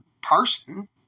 person